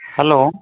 hello